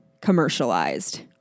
commercialized